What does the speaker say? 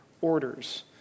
orders